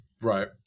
Right